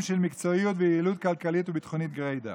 של מקצועיות ויעילות כלכלית וביטחונית גרידא.